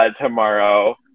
tomorrow